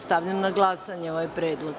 Stavljam na glasanje ovaj predlog.